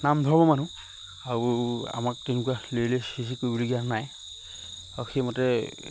নাম ধৰ্মৰ মানুহ আৰু আমাক তেনেকুৱা লেই লেই চেই চেই কৰিবলগীয়া নাই আৰু সেইমতে